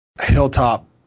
hilltop